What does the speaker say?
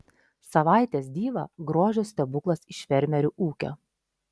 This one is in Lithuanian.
savaitės diva grožio stebuklas iš fermerių ūkio